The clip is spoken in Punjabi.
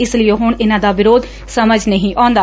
ਇਸ ਲਈ ਹੁਣ ਉਹਨਾਂ ਦਾ ਵਿਰੋਧ ਸਮਝ ਨਹੀਂ ਆਉਦਾ